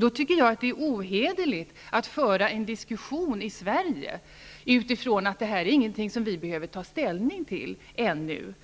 Då är det ohederligt att föra en diskussion i Sverige, utifrån att det här inte är någonting som vi behöver ta ställning till ännu,